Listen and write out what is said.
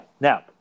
Now